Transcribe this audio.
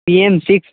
P M six